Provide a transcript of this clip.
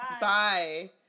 Bye